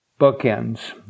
bookends